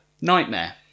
nightmare